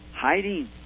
hiding